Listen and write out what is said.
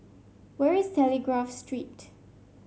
where is Telegraph Street